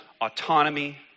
autonomy